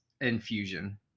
infusion